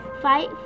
Fight